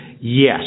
yes